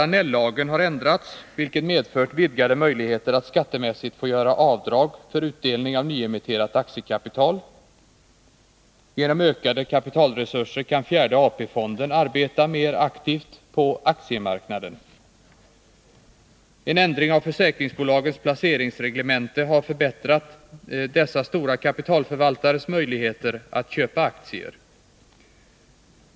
Annell-lagen har ändrats, vilket medfört vidgade möjligheter att skattemässigt få göra avdrag för utdelning av nyemitterat aktiekapital. Genom ökade kapitalresurser kan fjärde AP-fonden arbeta mer aktivt på aktiemarknaden. Genom en ändring av försäkringsbolagens placeringsreglemente har man ökat dessa stora kapitalförvaltares möjligheter att köpa aktier.